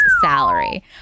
salary